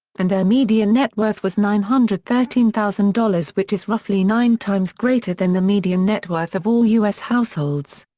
and their median net worth was nine hundred and thirteen thousand dollars which is roughly nine times greater than the median net worth of all u s. households.